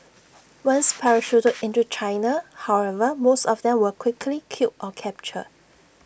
once parachuted into China however most of them were quickly killed or captured